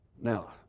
Now